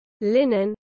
linen